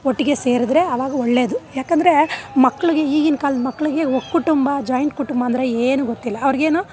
ಒಟ್ಟಿಗೆ ಸೇರಿದ್ರೆ ಆವಾಗ ಒಳ್ಳೇದು ಯಾಕೆಂದ್ರೆ ಮಕ್ಳಿಗೆ ಈಗಿನ ಕಾಲದ ಮಕ್ಳಿಗೆ ಒಕ್ಕುಟುಂಬ ಜಾಯಿಂಟ್ ಕುಟುಂಬ ಅಂದರೆ ಏನೂ ಗೊತ್ತಿಲ್ಲ ಅವ್ರಿಗೇನು